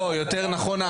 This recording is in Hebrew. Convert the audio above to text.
יותר נכון,